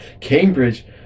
Cambridge